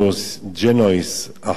האחראי לדו-שיח בין הדתות,